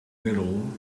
middle